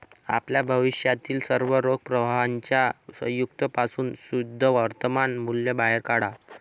आपल्या भविष्यातील सर्व रोख प्रवाहांच्या संयुक्त पासून शुद्ध वर्तमान मूल्य बाहेर काढा